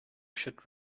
should